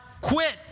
quit